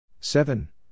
seven